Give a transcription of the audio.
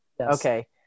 okay